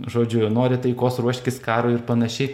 žodžiu nori taikos ruoškis karui ir panašiai